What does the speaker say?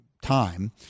time